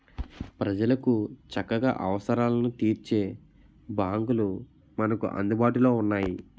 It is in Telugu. ప్రజలకు చక్కగా అవసరాలను తీర్చే బాంకులు మనకు అందుబాటులో ఉన్నాయి